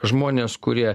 žmonės kurie